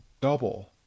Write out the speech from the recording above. double